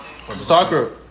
Soccer